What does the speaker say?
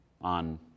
on